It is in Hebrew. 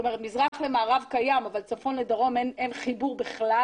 מזרח למערב קיים אבל צפון לדרום אין חיבור בכלל.